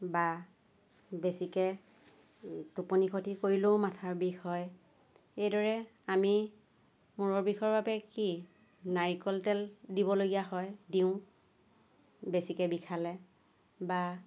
বা বেছিকৈ টোপনি খটি কৰিলেও মাথাৰ বিষ হয় এইদৰে আমি মূৰৰ বিষৰ বাবে কি নাৰিকল তেল দিবলগীয়া হয় দিওঁ বেছিকৈ বিষালে বা